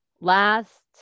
last